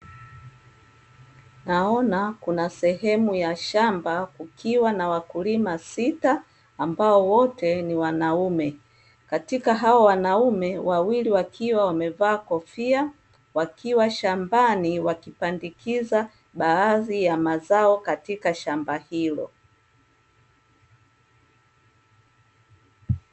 Naona kuna sehemu ya shamba kukiwa na wakulima sita ambao wote ni wanaume. Katika hao wanaume, wawili wakiwa wamevaa kofia, wakiwa shambani wakipandikiza baadhi ya mazao katika shamba hilo.